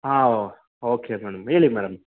ಹಾಂ okay madam ಹೇಳಿ madam